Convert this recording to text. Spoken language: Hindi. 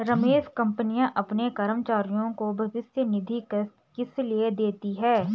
रमेश कंपनियां अपने कर्मचारियों को भविष्य निधि किसलिए देती हैं?